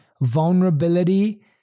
vulnerability